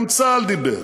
גם צה"ל דיבר,